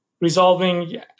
resolving